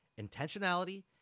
intentionality